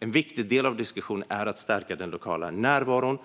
En viktig del av diskussionen handlar om att stärka den lokala närvaron.